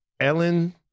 Ellen